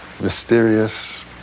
mysterious